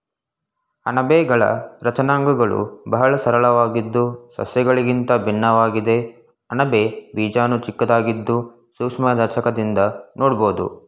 ಅಣಬೆಗಳ ರಚನಾಂಗಗಳು ಬಹಳ ಸರಳವಾಗಿದ್ದು ಸಸ್ಯಗಳಿಗಿಂತ ಭಿನ್ನವಾಗಿದೆ ಅಣಬೆ ಬೀಜಾಣು ಚಿಕ್ಕದಾಗಿದ್ದು ಸೂಕ್ಷ್ಮದರ್ಶಕದಿಂದ ನೋಡ್ಬೋದು